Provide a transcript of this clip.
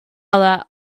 other